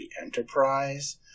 Enterprise